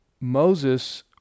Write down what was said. Moses